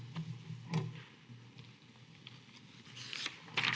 Hvala